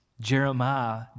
Jeremiah